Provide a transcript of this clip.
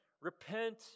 Repent